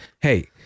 hey